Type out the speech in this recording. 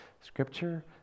scripture